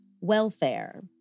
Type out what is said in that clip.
welfare